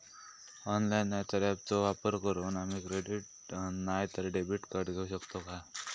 Online नाय तर ऍपचो वापर करून आम्ही क्रेडिट नाय तर डेबिट कार्ड घेऊ शकतो का?